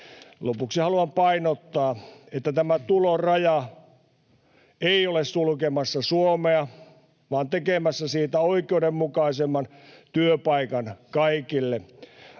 Lopuksi haluan painottaa, että tämä tuloraja ei ole sulkemassa Suomea vaan tekemässä siitä oikeudenmukaisemman työpaikan kaikille.